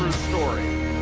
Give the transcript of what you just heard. story.